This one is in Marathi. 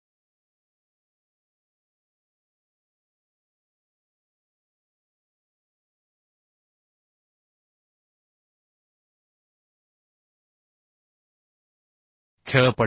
3 मध्ये दिलेल्या कोडमध्ये देखील परिभाषित केले आहे की जास्तीत जास्त पिच काय आहे हे तेथे परिभाषित केले पाहिजे तर ही कमाल पीच कोडमध्ये परिभाषित केली आहे ज्यामध्ये असे लिहिले आहे की ती 16t किंवा 200 असावी